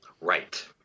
Right